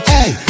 Hey